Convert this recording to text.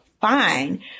fine